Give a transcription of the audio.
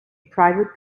private